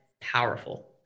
powerful